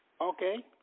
Okay